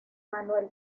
manuel